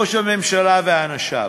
ראש הממשלה ואנשיו,